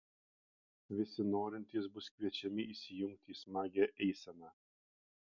visi norintys bus kviečiami įsijungti į smagią eiseną